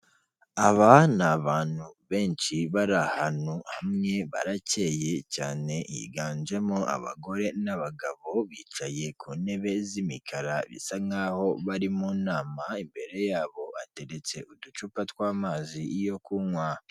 Aba ni abantu benshi bari ahantu hamwe barakeye cyane, higanjemo abagore n'abagabo bicaye ku ntebe z'imikara, bisa nk'aho bari mu nama, imbere yabo hateretse uducupa tw'amazi yo kunywa.